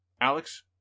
Alex